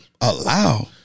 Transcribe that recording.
Allow